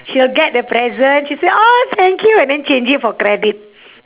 she'll get the present she say orh thank you and then change it for credit